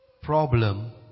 problem